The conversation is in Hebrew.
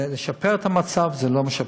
לשפר את המצב זה לא משפר.